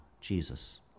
Jesus